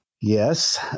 Yes